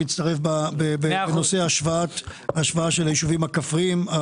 אני מצטרף לדברים בנושא השוואת היישובים הכפריים.